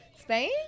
spain